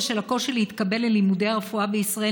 בשל הקושי להתקבל ללימודי הרפואה בישראל,